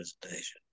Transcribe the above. presentation